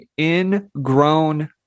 ingrown